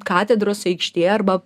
katedros aikštėje arba